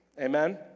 Amen